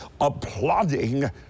applauding